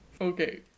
Okay